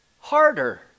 harder